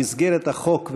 במסגרת החוק,